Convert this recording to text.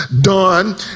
done